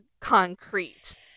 concrete